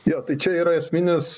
jo tai čia yra esminis